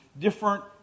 different